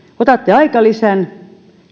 otatte aikalisän